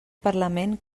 parlament